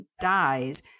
dies